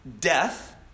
death